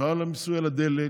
לא על המיסוי של הדלק,